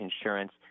insurance